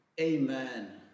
Amen